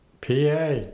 PA